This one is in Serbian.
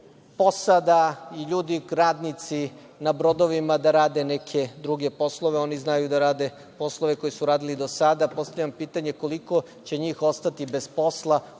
i ljudi, radnici na brodovima da rade neke druge poslove. Oni znaju da rade poslove koje su radili do sada. Postavljam pitanje – koliko će njih ostati bez posla,